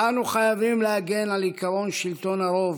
אנו חייבים להגן על עקרון שלטון הרוב,